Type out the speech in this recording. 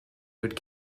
but